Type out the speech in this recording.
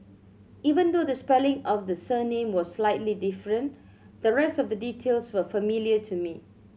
even though the spelling of the surname was slightly different the rest of the details were familiar to me